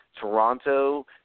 Toronto